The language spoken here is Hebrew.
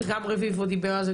גם רביבו דיבר על זה,